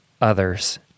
others